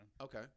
Okay